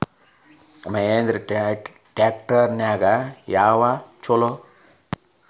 Mahindra tractor ನ್ಯಾಗ ಯಾವ್ದ ಛಲೋ?